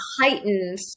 heightened